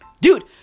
Dude